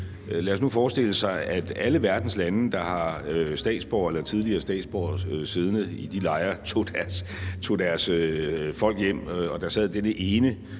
Lad os nu forestille os, at alle verdens lande, der har statsborgere eller tidligere statsborgere siddende i de lejre, tog deres folk hjem og der sad denne ene